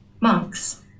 monks